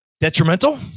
detrimental